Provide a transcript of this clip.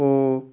ହଁ